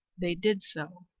they did so,